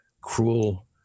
cruel